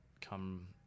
come